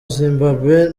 zimbabwe